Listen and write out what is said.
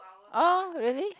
oh really